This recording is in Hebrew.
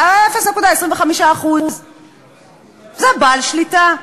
0.25%. זה בעל שליטה.